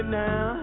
now